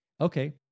okay